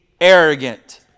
Arrogant